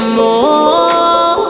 more